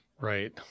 Right